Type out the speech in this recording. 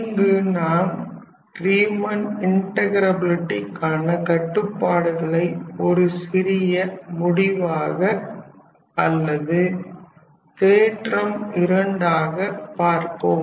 இங்கு நாம் ரீமன் இன்ட்டகிராபிலிட்டிகான கட்டுப்பாடுகளை ஒரு சிறிய முடிவாக அல்லது தேற்றம் 2 ஆக பார்ப்போம்